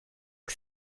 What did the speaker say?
que